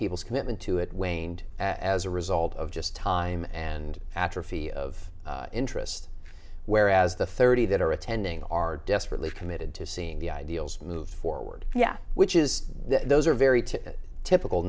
people's commitment to it waned as a result of just time and atrophy of interest whereas the thirty that are attending are desperately committed to seeing the ideals move forward yeah which is those are very to typical